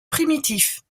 primitifs